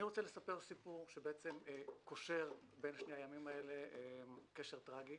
אני רוצה לספר סיפור שקושר בין שני הימים האלה קשר טרגי.